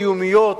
קיומיות,